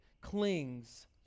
clings